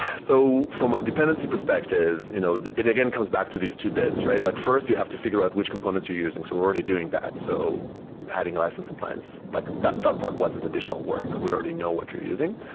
so from a dependency perspective, you know it again comes back to these two bits, right? like first, we have to fi gure out which components you're using. so we're already doing that. so adding license compliance, like that that part wasn't additional work. we already know what you're using.